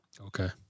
Okay